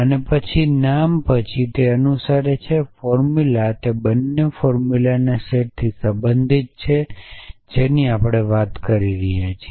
અને પછી નામ પછી અનુસરે છે ફોર્મુલા તે બંને ફોર્મુલાના સેટથી સંબંધિત છે જેની આપણે વાત કરી રહ્યા છીએ